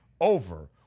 over